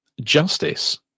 justice